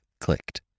clicked